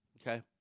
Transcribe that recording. Okay